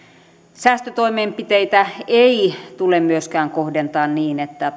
säästötoimenpiteitä ei tule myöskään kohdentaa niin että